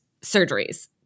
surgeries